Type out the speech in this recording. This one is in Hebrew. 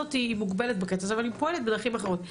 הוועדה הזאת היא מוגבלת בקטע הזה ואני פועלת בדרכים אחרות.